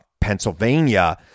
Pennsylvania